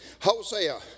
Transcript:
Hosea